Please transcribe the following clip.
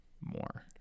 more